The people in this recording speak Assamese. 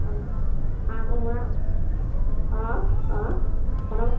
অঁ হাঁহ কোমোৰা অঁ অঁ বনাব